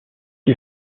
les